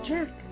Jack